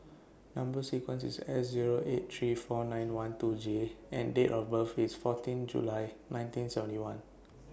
Number sequence IS S Zero eight three four nine one two J and Date of birth IS fourteen July nineteen seventy one